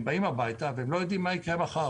הם באים הביתה והם לא יודעים מה יקרה מחר,